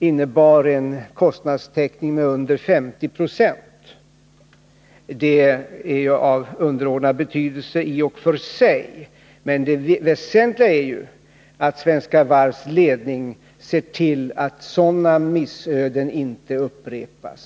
innebar en kostnadstäckning som låg under 50 926, är i och för sig av underordnad betydelse. Det väsentliga är att Svenska Varvs ledning ser till att sådana missöden inte upprepas.